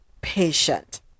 patient